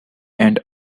and